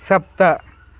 सप्त